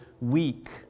weak